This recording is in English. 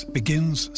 begins